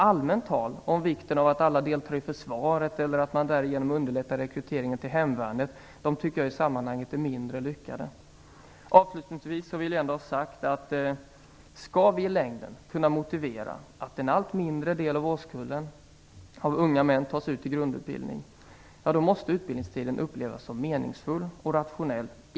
Allmänt tal om vikten av att alla deltar i försvaret eller att man därigenom underlättar rekryteringen till hemvärnet, tycker jag är mindre lyckat i sammanhanget. Avslutningsvis vill jag säga att om vi i längden skall kunna motivera att en allt mindre del av årskullen av unga män tas ut till grundutbildning, måste utbildningstiden upplevas som meningsfull och rationell.